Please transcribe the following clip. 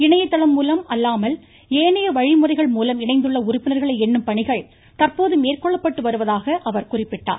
இணைதளம் மூலம் அல்லாமல் ஏனைய வழிமுறைகள் மூலம் இணைந்துள்ள உறுப்பினர்களை எண்ணும் பணிகள் தற்போது மேற்கொள்ளப்பட்டு வருவதாக குறிப்பிட்டார்